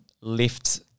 lift